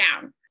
down